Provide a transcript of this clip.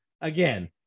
again